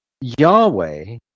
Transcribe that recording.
Yahweh